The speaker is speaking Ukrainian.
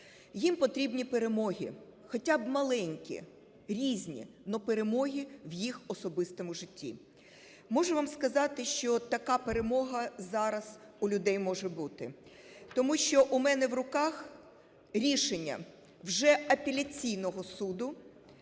Їм потрібні перемоги, хоча б маленькі, різні, но перемоги в їх особистому житті. Можу вам сказати, що така перемога зараз у людей може бути. Тому що у мене в руках рішення вже апеляційного суду,